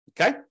Okay